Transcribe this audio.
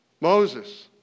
Moses